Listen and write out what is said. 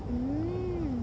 mm